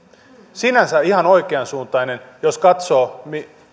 sinänsä ihan oikeansuuntaista jos katsoo